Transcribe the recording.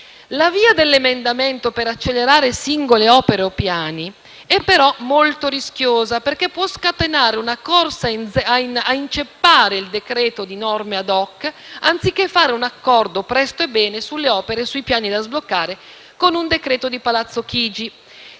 La via dell'emendamento per accelerare singole opere o piani è, però, molto rischiosa perché può scatenare una corsa a inceppare il decreto-legge di norme *ad hoc* anziché fare un accordo, presto e bene, sulle opere e sui piani da sbloccare con un decreto di Palazzo Chigi.